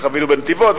וחווינו בנתיבות,